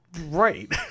Right